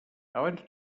abans